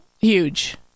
huge